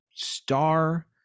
Star